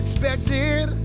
Expected